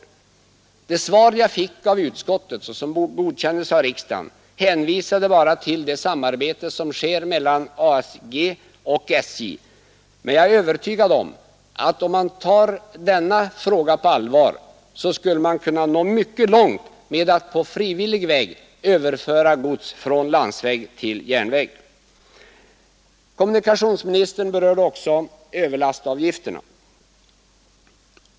I det svar som jag fick av utskottet och som godkändes av riksdagen hänvisades endast till det samarbete som sker mellan ASG och SJ, men jag är övertygad om att man efter en grundlig genomgång av denna fråga skulle kunna nå mycket långt genom att på frivillig väg överföra gods från landsväg till järnväg. Kommunikationsministern berörde också överlastavgifterna.